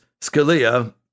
Scalia